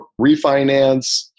refinance